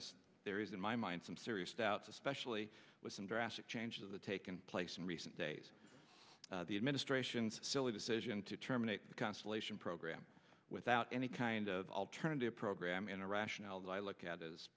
honest there is in my mind some serious doubts especially with some drastic changes the taken place in recent days the administration's silly decision to terminate the constellation program without any kind of alternative program in a rationale that i look at i